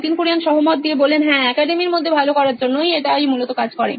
Nitin Kurian C O O নোইন electronics হ্যাঁ অ্যাকাডেমির মধ্যে ভালো করার জন্য এটাই মূলত কাজ করে